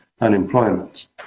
unemployment